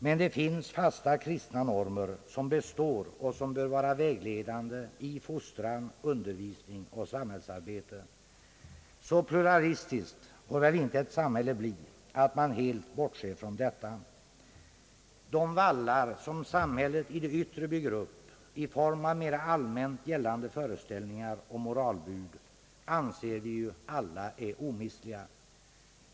Men det finns fasta, kristna normer, som består och som bör vara vägledande i fostran, undervisning och samhällsarbete. Så pluralistiskt får väl inte samhället bli att man helt bortser från detta. De vallar som samhället i det yttre bygger upp i form av mera allmänt gällande föreställningar och moralbud anser vi ju alla är omistliga.